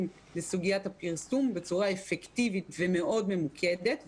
בסוגית הפרסום בצורה אפקטיבית ומאוד ממוקדת,